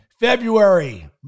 February